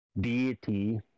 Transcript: deity